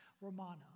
Romana